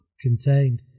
contained